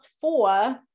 four